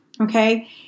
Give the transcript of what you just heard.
okay